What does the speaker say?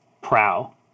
prow